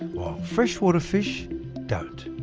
while freshwater fish don't.